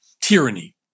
tyranny